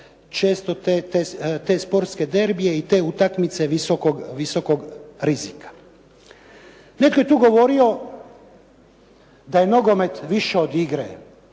često te sportske derbije i te utakmice visokog rizika. Netko je tu govorio da je nogomet više od igre.